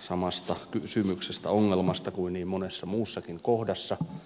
samasta kysymyksestä ongelmasta kuin niin monessa muussakin kohdassa